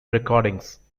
recordings